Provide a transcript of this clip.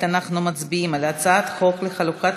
אנחנו מצביעים כעת על הצעת חוק לחלוקת